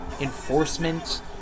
enforcement